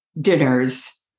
dinners